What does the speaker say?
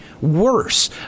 worse